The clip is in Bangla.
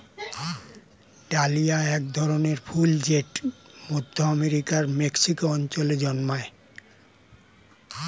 ডালিয়া এক ধরনের ফুল জেট মধ্য আমেরিকার মেক্সিকো অঞ্চলে জন্মায়